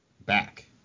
back